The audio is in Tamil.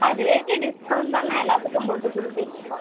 ஆ ரேட்டு டிஸ்கௌண்ட்தாண்ணா எல்லாத்துக்கும் போட்டு கொடுத்துட்ருக்கோம்